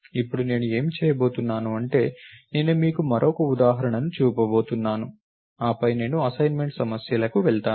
ఇప్పుడు నేను ఏమి చేయబోతున్నాను అంటే నేను మీకు మరో ఉదాహరణను చూపబోతున్నాను ఆపై నేను అసైన్మెంట్ సమస్యలకు వెళ్తాను